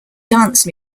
dance